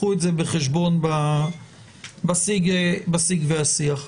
קחו את זה בחשבון בשיג והשיח.